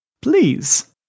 Please